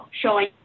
showing